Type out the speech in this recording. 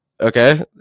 okay